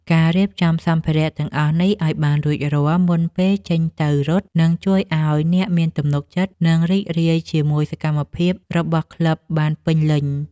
ការរៀបចំសម្ភារៈទាំងអស់នេះឱ្យបានរួចរាល់មុនពេលចេញទៅរត់ នឹងជួយឱ្យអ្នកមានទំនុកចិត្ត និងរីករាយជាមួយសកម្មភាពរបស់ក្លឹបបានពេញលេញ។